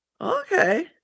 Okay